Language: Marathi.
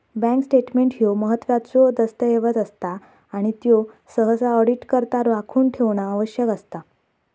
बँक स्टेटमेंट ह्यो महत्त्वाचो दस्तऐवज असता आणि त्यो सहसा ऑडिटकरता राखून ठेवणा आवश्यक असता